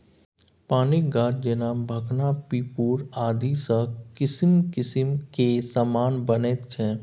पानिक गाछ जेना भखना पिपुर आदिसँ किसिम किसिम केर समान बनैत छै